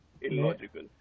illogical